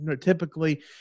Typically